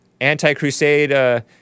anti-crusade